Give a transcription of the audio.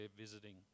visiting